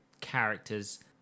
characters